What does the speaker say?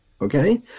Okay